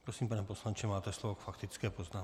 Prosím, pane poslanče, máte slovo k faktické poznámce.